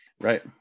Right